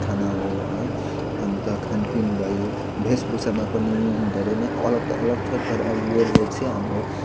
खाना हो है अन्त खानपिन भयो वेशभूषामा पनि धेरै नै अलग त अलग छ तर यसले चाहिँ हाम्रो